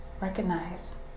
Recognize